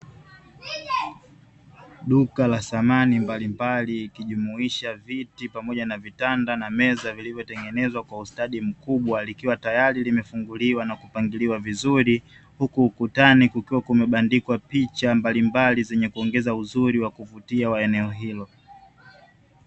Duka la samani mbalimbali, likijumuisha viti pamoja na vitanda na meza, vilivyotengenezwa kwa ustadi mkubwa, likiwa tayari limefunguliwa na kupangiliwa vizuri, huku ukutani kukiwa kumebandikwa picha mbalimbali zenye kuongeza uzuri wa kuvutia wa eneo hilo.